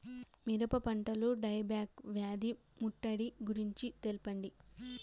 మిరప పంటలో dieback వ్యాధి ముట్టడి గురించి తెల్పండి?